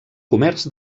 comerç